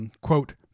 quote